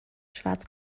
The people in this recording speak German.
schwarz